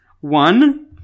One